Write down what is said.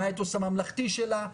מה האתוס הממלכתי שלה?